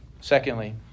Secondly